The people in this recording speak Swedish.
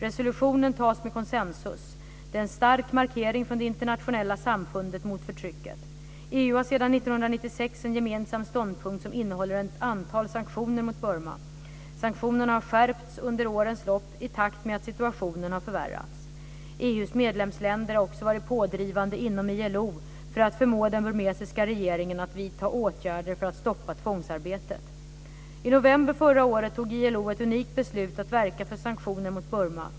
Resolutionen tas med konsensus. Detta är en stark markering från det internationella samfundet mot förtrycket. EU har sedan 1996 en gemensam ståndpunkt som innehåller ett antal sanktioner mot Burma. Sanktionerna har skärpts under årens lopp i takt med att situationen har förvärrats. EU:s medlemsländer har också varit pådrivande inom ILO för att förmå den burmesiska regeringen att vidta åtgärder för att stoppa tvångsarbetet. I november förra året tog ILO ett unikt beslut att verka för sanktioner mot Burma.